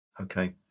Okay